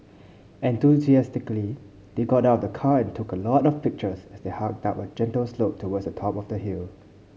enthusiastically they got out of the car and took a lot of pictures as they hiked up a gentle slope towards the top of the hill